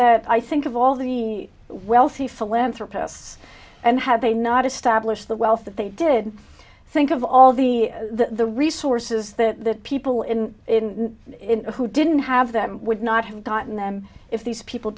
that i think of all the wealthy philanthropists and had they not established the wealth that they did think of all the the resources that people in who didn't have that would not have gotten them if these people